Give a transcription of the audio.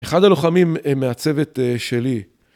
אחד הלוחמים מהצוות שלי